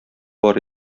бар